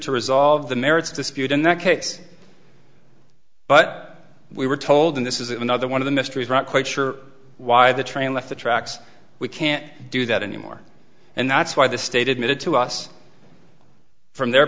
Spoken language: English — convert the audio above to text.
to resolve the merits dispute in that case but we were told in this is another one of the mysteries not quite sure why the train left the tracks we can't do that anymore and that's why the state admitted to us from their